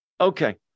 Okay